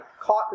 caught